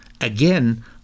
Again